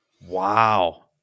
Wow